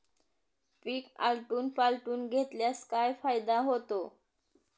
पीक आलटून पालटून घेतल्यास काय फायदा होतो?